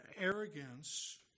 arrogance